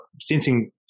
sensing